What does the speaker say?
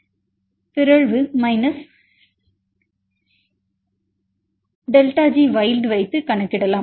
delta G பிறழ்வு minus delta G wild வைத்து கணக்கிடலாம்